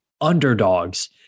underdogs